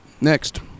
Next